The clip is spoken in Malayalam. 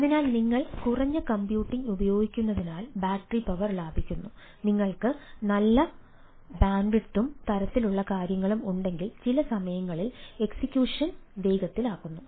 അതിനാൽ നിങ്ങൾ കുറഞ്ഞ കമ്പ്യൂട്ടിംഗ് ഉപയോഗിക്കുന്നതിനാൽ ബാറ്ററി പവർ ലാഭിക്കുന്നു നിങ്ങൾക്ക് നല്ല ബാൻഡ്വിഡ്ത്തും തരത്തിലുള്ള കാര്യങ്ങളും ഉണ്ടെങ്കിൽ ചില സമയങ്ങളിൽ എക്സിക്യൂഷൻ വേഗത്തിലാക്കുന്നു